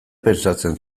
pentsatzen